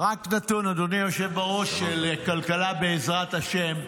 רק נתון, אדוני היושב בראש, של כלכלה בעזרת השם.